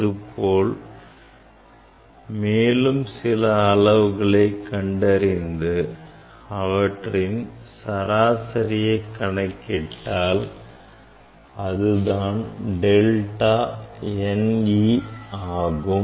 இது போல் மேலும் சில அளவுகளை கண்டறிந்து அவற்றின் சராசரியை கணக்கிட்டால் அதுதான் delta n e ஆகும்